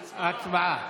הצבעה.